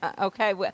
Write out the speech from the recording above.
Okay